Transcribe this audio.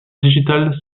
digital